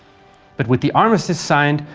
but with the armistice signed,